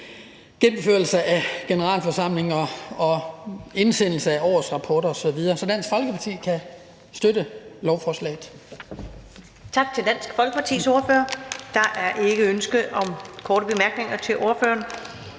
gennemførelse af generalforsamlinger, indsendelse af årsrapporter osv. Så Dansk Folkeparti kan støtte lovforslaget.